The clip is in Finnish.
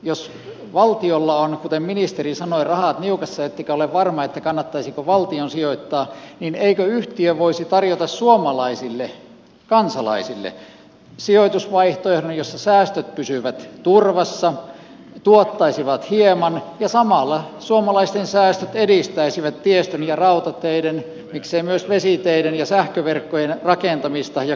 jos valtiolla on kuten ministeri sanoi rahat niukassa ettekä ole varma kannattaisiko valtion sijoittaa niin eikö yhtiö voisi tarjota suomalaisille kansalaisille sijoitusvaihtoehdon jossa säästöt pysyvät turvassa tuottaisivat hieman ja samalla suomalaisten säästöt edistäisivät tiestön ja rautateiden mikseivät myös vesiteiden ja sähköverkkojen rakentamista ja kunnossapitoa